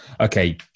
Okay